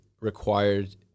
required